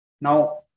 Now